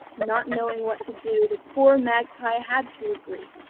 not knowing what to do the poor magpie had to agree,